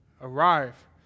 arrive